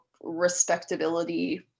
respectability